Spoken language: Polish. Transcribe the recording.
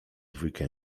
dwójkę